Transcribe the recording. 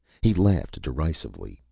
he laughed derisively,